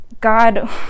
god